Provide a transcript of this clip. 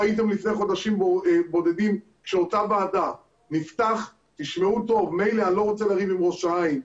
אני לא רוצה לריב עם ראש העין,